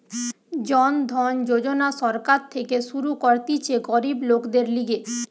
জন ধন যোজনা সরকার থেকে শুরু করতিছে গরিব লোকদের লিগে